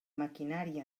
maquinari